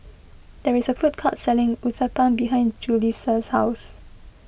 there is a food court selling Uthapam behind Julisa's house